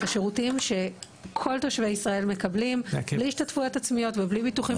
השירותים שכל תושבי ישראל מקבלים בלי השתתפויות עצמיות ובלי ביטוחים